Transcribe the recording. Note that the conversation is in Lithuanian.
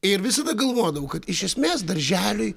ir visada galvodavau kad iš esmės darželiui